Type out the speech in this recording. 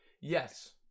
Yes